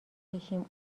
بشیم